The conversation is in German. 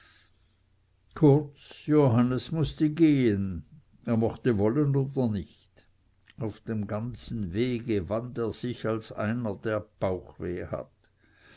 johannes mußte gehen er mochte wollen oder nicht auf dem ganzen wege wand er sich als einer der bauchweh hat